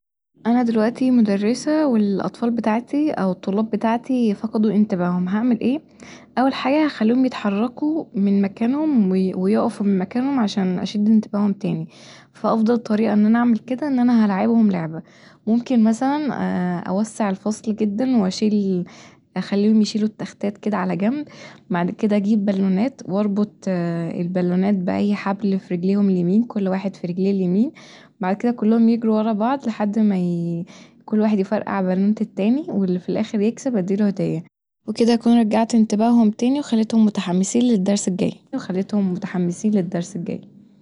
أنا دلوفتي مدرسة والأطفال بتاعتي او الطلاب بتاعتي فقدوا انتباههم، هعمل ايه، اول حاجه هخليهم يتحركوا من مكانهم ويقفوا في مكانهم عشان اشد انتباههم تاني فأفضل طريقه ان انا أعمل كدا ان انا ألعبهم لعبه، ممكن مثلا أوسع الفصل جدا وأشيل هخليهم يشيلوا التختات كدا علي جنب بعد كدا اجيب بالونات واربط البالونات بأي حبل في رجليهم يمين، كل واخد في رجليه اليمين وبعد كدا كلهم يجروا ورا بعض لحد ما كل واحد يفرقع بالونة التاني واللي في الآخر يكسب هديله هدية وبكدا اكون رجعت انتباههم تاني وخليتهم متحمسين للدرس الجي